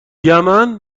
یمن